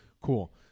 Cool